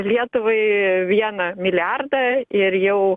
lietuvai vieną milijardą ir jau